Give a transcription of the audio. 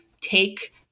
take